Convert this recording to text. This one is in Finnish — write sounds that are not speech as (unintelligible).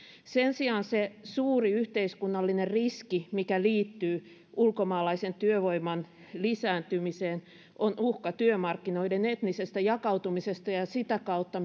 sen sijaan se suuri yhteiskunnallinen riski mikä liittyy ulkomaalaisen työvoiman lisääntymiseen on uhka työmarkkinoiden etnisestä jakautumisesta ja ja sitä kautta (unintelligible)